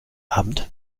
abend